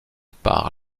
par